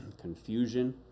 confusion